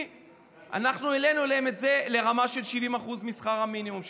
אנחנו העלינו להם את זה לרמה של 70% משכר המינימום,